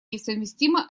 несовместимы